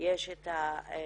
יש את הקיום